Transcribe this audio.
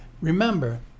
Remember